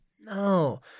No